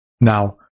Now